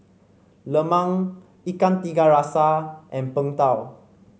lemang Ikan Tiga Rasa and Png Tao